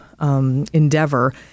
endeavor